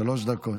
שלוש דקות.